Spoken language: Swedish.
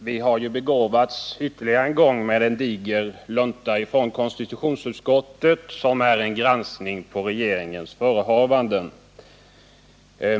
Herr talman! Vi har ju ytterligare en gång begåvats med en diger lunta från konstitutionsutskottet innehållande en granskning av regeringens förehavanden.